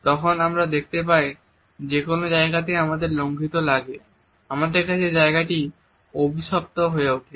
তখন আমরা দেখতে পাই যে কোনও জায়গাতেই আমাদের লঙ্ঘিত লাগে আমাদের কাছে জায়গাটি অভিশপ্ত হয়ে ওঠে